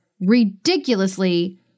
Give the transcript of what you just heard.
ridiculously